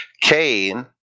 Cain